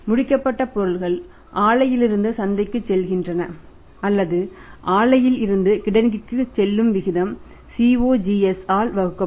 முடிக்கப்பட்ட பொருட்கள் ஆலையிலிருந்து சந்தைக்குச் செல்கின்றன அல்லது ஆலையில் இருந்து கிடங்கிற்கு செல்லும் விகிதம் COGS ஆல் வகுக்கப்படும்